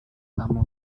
kamu